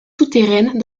souterraines